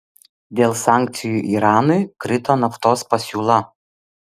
dėl sankcijų iranui krito naftos pasiūla